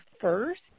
first